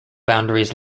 boundaries